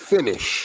Finish